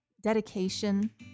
dedication